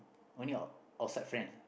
only out~ outside friend ah